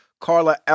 Carla